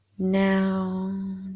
now